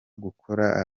gukora